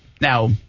now